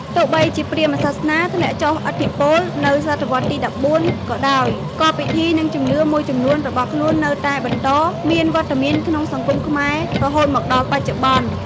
ទោះបីព្រាហ្មណ៍សាសនាធ្លាក់ចុះឥទ្ធិពលនៅសតវត្សរ៍ទី ១៤ ក៏ដោយ ក៏ពិធី និងជំនឿមួយចំនួនរបស់ខ្លួននៅតែបន្តមានវត្តមានក្នុងសង្គមខ្មែររហូតមកដល់បច្ចុប្បន្ន។